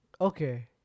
Okay